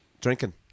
drinking